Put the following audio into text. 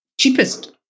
cheapest